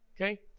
okay